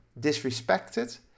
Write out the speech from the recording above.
disrespected